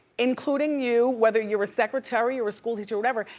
including you, whether you're a secretary or a school teacher, whatever,